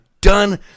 done